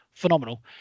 Phenomenal